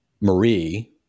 marie